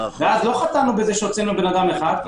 ואז לא חטאנו בזה שהוצאנו אדם אחד,